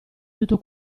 tutto